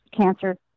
cancer